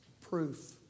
proof